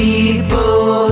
People